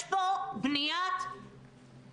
אני אסביר במה מדובר בשתי הדקות שנותרו לי.